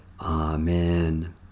Amen